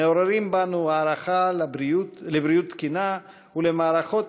מעוררים בנו הערכה לבריאות תקינה ולמערכות